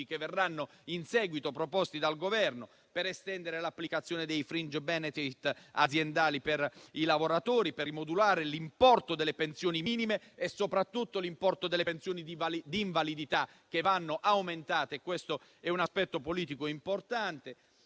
interventi legislativi da parte del Governo, per estendere l'applicazione dei *fringe benefit* aziendali ai lavoratori, per rimodulare l'importo delle pensioni minime e soprattutto l'importo delle pensioni di invalidità, che vanno aumentate. Questo è un aspetto politico importante.